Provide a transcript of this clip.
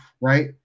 right